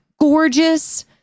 gorgeous